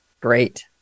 great